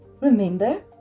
Remember